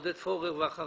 עודד פורר ואחריו